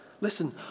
Listen